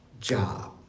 job